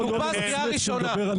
יכול לא למצמץ גם כשהוא מדבר על נתניהו.